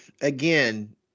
again